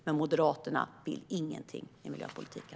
Men Moderaterna vill ingenting i miljöpolitiken.